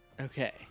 Okay